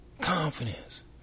Confidence